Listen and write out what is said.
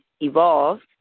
evolved